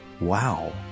Wow